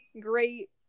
great